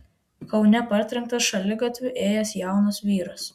kaune partrenktas šaligatviu ėjęs jaunas vyras